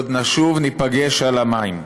/ עוד נשוב ניפגש על המים".